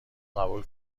قبول